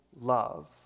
love